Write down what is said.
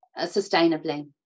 sustainably